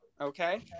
Okay